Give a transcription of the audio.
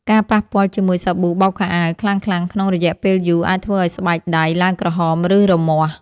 ការប៉ះពាល់ជាមួយសាប៊ូបោកខោអាវខ្លាំងៗក្នុងរយៈពេលយូរអាចធ្វើឱ្យស្បែកដៃឡើងក្រហម ឬរមាស់។